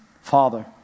Father